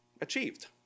achieved